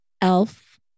Elf